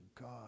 God